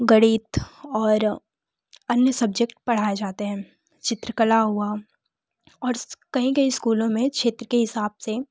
गणित और अन्य सब्जेक्ट पढ़ाए जाते हैं चित्रकला हुआ और कहीं कहीं स्कूलों में क्षेत्र के हिसाब से